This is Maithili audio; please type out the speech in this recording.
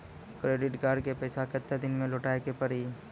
क्रेडिट कार्ड के पैसा केतना दिन मे लौटाए के पड़ी?